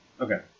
okay